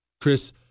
Chris